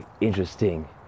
interesting